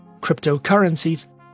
cryptocurrencies